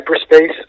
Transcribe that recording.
hyperspace